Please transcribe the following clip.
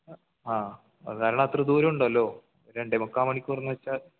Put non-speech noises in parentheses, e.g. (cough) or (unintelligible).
ആ (unintelligible) അത്ര ദൂരൊണ്ടല്ലോ രണ്ടേമുക്കാൽ മണിക്കൂറെന്ന് വെച്ചാൽ